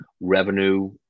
revenue